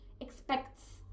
expects